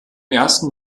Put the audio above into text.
ersten